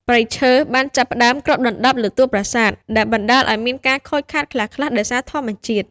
ព្រៃឈើបានចាប់ផ្តើមគ្របដណ្តប់លើតួប្រាសាទ ដែលបណ្តាលឱ្យមានការខូចខាតខ្លះៗដោយសារធម្មជាតិ។